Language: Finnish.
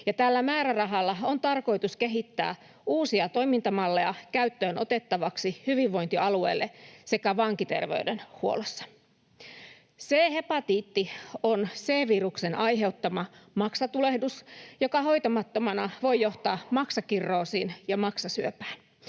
Tällä määrärahalla on tarkoitus kehittää uusia toimintamalleja otettavaksi käyttöön hyvinvointialueilla sekä vankiterveydenhuollossa. C-hepatiitti on C-viruksen aiheuttama maksatulehdus, joka hoitamattomana voi johtaa maksakirroosin ja maksasyöpään.